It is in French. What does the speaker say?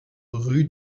rue